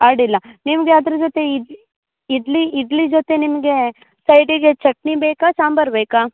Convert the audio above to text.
ಅಡ್ಡಿಲ್ಲ ನಿಮ್ಗೆ ಅದ್ರ ಜೊತೆ ಇಡ್ಲಿ ಇಡ್ಲಿ ಇಡ್ಲಿ ಜೊತೆ ನಿಮಗೆ ಸೈಡಿಗೆ ಚಟ್ನಿ ಬೇಕಾ ಸಾಂಬಾರು ಬೇಕಾ